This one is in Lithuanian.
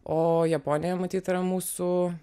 o japonija matyt yra mūsų